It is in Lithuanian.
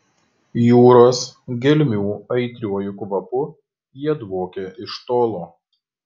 jūros gelmių aitriuoju kvapu jie dvokia iš tolo